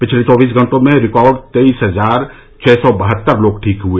पिछले चौबीस घंटों में रिकॉर्ड तेईस हजार छ सौ बहत्तर लोग ठीक हुए